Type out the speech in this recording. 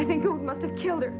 i think it must have killed her